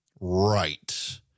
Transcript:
right